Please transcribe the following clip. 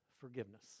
forgiveness